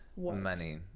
Money